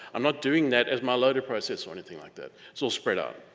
i'm not doing that as my loader process or anything like that. it's all spread out.